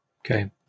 Okay